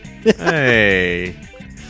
Hey